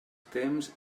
temps